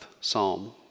Psalm